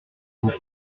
vous